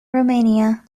romania